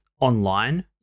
online